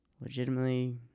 Legitimately